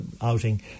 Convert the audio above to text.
outing